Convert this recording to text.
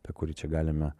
apie kurį čia galime